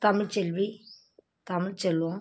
Tamilselvi Tamilselvam